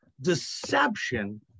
deception